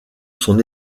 son